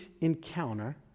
encounter